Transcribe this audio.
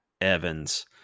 Evans